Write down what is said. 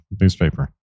newspaper